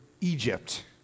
Egypt